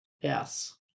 Yes